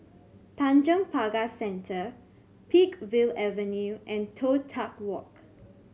Tanjong Pagar Centre Peakville Avenue and Toh Tuck Walk